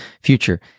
future